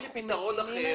תני לי פתרון אחר.